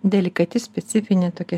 delikati specifinė tokia